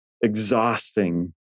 exhausting